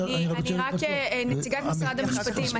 נציגת משרד המשפטים,